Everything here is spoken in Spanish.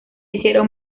hicieron